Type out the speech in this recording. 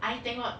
I tengok